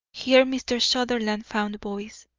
here mr. sutherland found voice.